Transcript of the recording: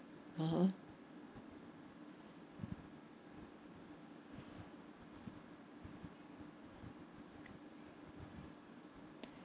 (uh huh)